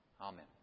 Amen